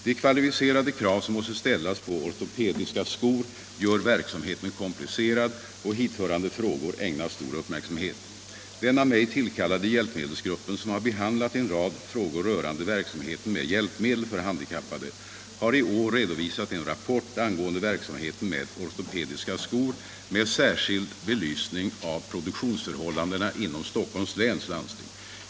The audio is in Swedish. De kvalificerade krav som måste ställas på ortopediska skor gör verksamheten komplicerad, och hithörande frågor ägnas stor uppmärksamhet. Den av mig tillkallade hjälpmedelsgruppen, som har behandlat en rad frågor rörande verksamheten med hjälpmedel för handikappade, har i år redovisat en rapport angående verksamheten med ortopediska skor med särskild belysning av produktionsförhållandena inom Stockholms läns landsting.